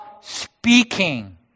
speaking